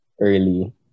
early